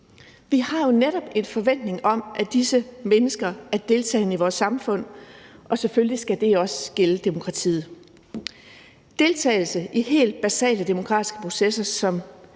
Vi har jo netop en forventning om, at disse mennesker er deltagende i vores samfund, og selvfølgelig skal det også gælde demokratiet. Deltagelse i helt basale demokratiske processer som